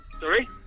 Sorry